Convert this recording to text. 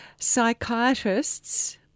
Psychiatrists